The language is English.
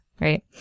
right